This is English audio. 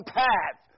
path